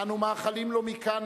אנו מאחלים לו מכאן,